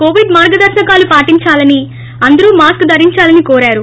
Covid మార్గదర్నకాలు పాటిందాలని అందరు మాస్క్ ధరించాలని కోరారు